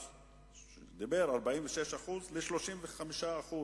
הוא דיבר על מ-46% ל-35%.